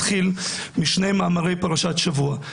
מתחיל משנה מאמרי פרשת שבוע,